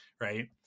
right